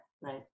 right